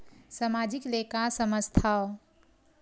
सामाजिक ले का समझ थाव?